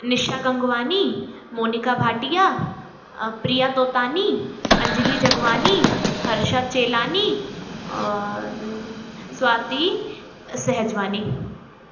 निशा गंगवानी मोनिका भाटिया प्रिया तोतानी अंजलि जगवानी हर्षा चेलानी और स्वाती सेहजवानी